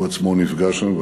והוא עצמו נפגע שם,